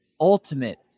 ultimate